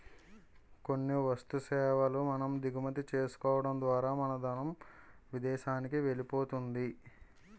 కొన్ని వస్తు సేవల మనం దిగుమతి చేసుకోవడం ద్వారా మన ధనం విదేశానికి వెళ్ళిపోతుంది